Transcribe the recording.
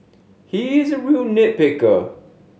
he is a real nit picker